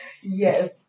Yes